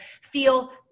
feel